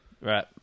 Right